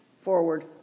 Forward